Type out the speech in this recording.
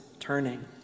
turning